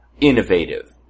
innovative